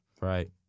Right